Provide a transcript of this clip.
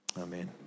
Amen